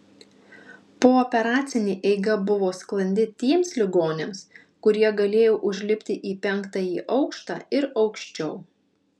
pooperacinė eiga buvo sklandi tiems ligoniams kurie galėjo užlipti į penktąjį aukštą ir aukščiau